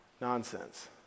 Nonsense